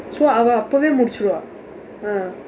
so அவ அப்போவே முடிச்சிருவா:ava appoovee mudichsiruvaa ah